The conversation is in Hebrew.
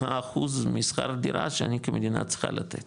מה אחוז משכר דירה שאני כמדינה צריכה לתת